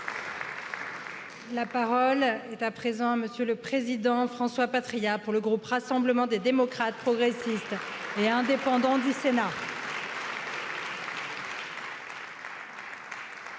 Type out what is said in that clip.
La parole est à présent, M.. le président François Patria, pour le groupe Rassemblement des démocrates progressistes et indépendant du Sénat.